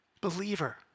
Believer